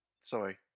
Sorry